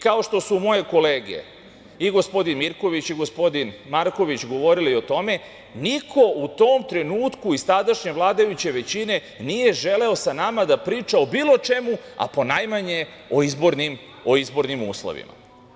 Kao što su moje kolege, i gospodin Mirković i gospodin Marković, govore o tome, niko u tom trenutku iz tadašnje vladajuće većine nije želeo sa nama da priča o bilo čemu, a ponajmanje o izbornim uslovima.